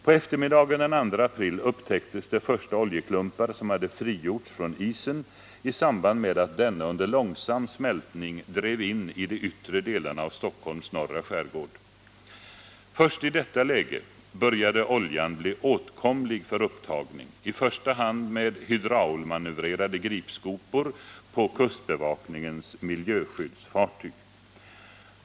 På eftermiddagen den 2 april upptäcktes de första oljeklumpar som hade frigjorts från isen i samband med att denna under långsam smältning drev in i yttre delarna av Stockholms norra skärgård. Först i detta läge började oljan bli åtkomlig för upptagning, i första hand med hydraulmanövrerade gripskopor på kustbevakningens miljöskyddsfartyg.